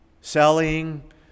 Selling